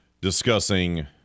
discussing